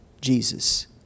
Jesus